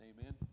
amen